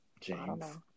James